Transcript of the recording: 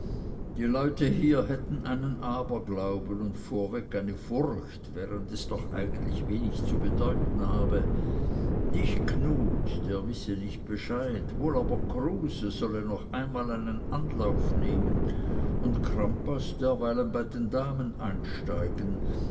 die leute hier hätten einen aberglauben und vorweg eine furcht während es doch eigentlich wenig zu bedeuten habe nicht knut der wisse nicht bescheid wohl aber kruse solle noch einmal einen anlauf nehmen und crampas derweilen bei den damen einsteigen